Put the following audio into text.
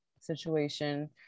situation